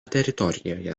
teritorijoje